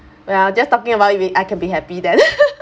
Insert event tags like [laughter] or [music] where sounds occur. well just talking about it we I can be happy then [laughs]